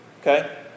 Okay